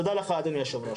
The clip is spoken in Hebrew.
תודה לך אדוני היושב ראש.